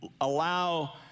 allow